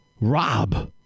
Rob